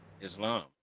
Islam